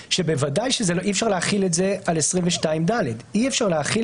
שבוודאי שאי אפשר להחיל את זה על 22ד. אי אפשר להחיל